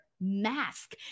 mask